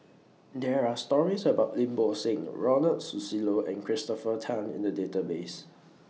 There Are stories about Lim Bo Seng Ronald Susilo and Christopher Tan in The Database